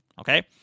okay